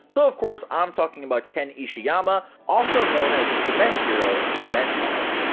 so of course i'm talking about ken ishiyama, also known as the cement hero, cementos!